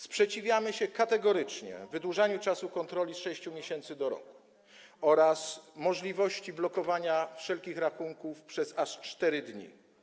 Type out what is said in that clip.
Sprzeciwiamy się kategorycznie wydłużaniu czasu kontroli z 6 miesięcy do roku oraz możliwości blokowania wszelkich rachunków przez aż 4 dni.